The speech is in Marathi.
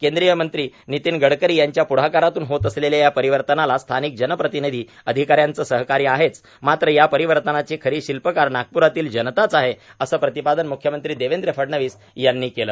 केंद्रीय मंत्री नितीन गडकरी यांच्या प्ढाकारातून होत असलेल्या या परिवर्तनाला स्थानिक जनप्रतिनिधी अधिकाऱ्यांच सहकार्य आहेच मात्र या परिवर्तनाची खरी शिल्पकार नागपुरातील जनताच आहे अस प्रतिपादन म्ख्यमंत्री देवेंद्र फडणवीस यांनी केल